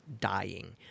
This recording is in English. dying